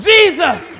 Jesus